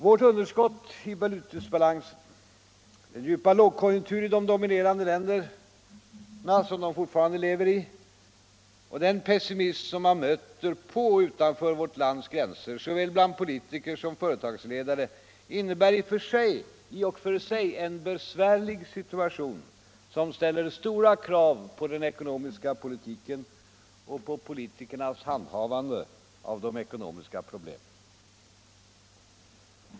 Vårt underskott i bytesbalansen, den djupa lågkonjunktur de dominerande länderna fortfarande lever i och den pessimism som man stöter på utanför vårt lands gränser såväl bland politiker som företagsledare innebär i och för sig en besvärlig situation, som ställer stora krav på den ekonomiska politiken och på politikernas handhavande av de ekonomiska problemen.